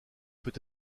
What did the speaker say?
peut